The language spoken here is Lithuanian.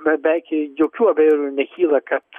beveik jokių abejonių nekyla kad